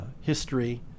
history